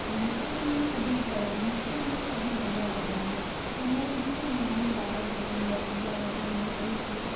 ऐं मूंखे बि इअं सभिनी कयो मूंखे बि इअं सभिनी अॻियां वधायो त मूं ई हूअं ई मां बि ॿारनि खे पंहिंजे अॻियां वधाईंदी रहियसि